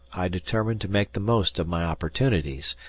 i determined to make the most of my opportunities,